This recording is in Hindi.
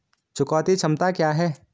चुकौती क्षमता क्या है?